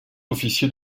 officier